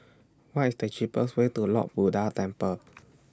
What IS The cheapest Way to Lord Buddha Temple